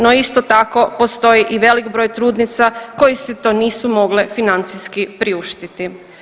No, isto tako postoji i velik broj trudnica koje si to nisu financijski priuštiti.